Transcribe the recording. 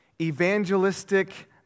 evangelistic